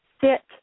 sit